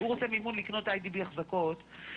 למדיניות האשראי ובסמכות.